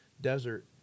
desert